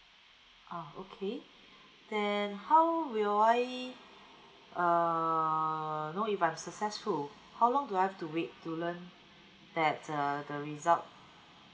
ah okay then how will I err know if I'm successful how long do I have to wait to learn that err the result